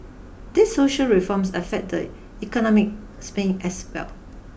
these social reforms affect the economic sphere as well